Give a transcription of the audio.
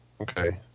Okay